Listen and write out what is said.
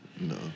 No